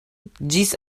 ĝis